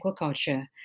Aquaculture